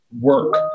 work